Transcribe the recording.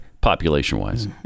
population-wise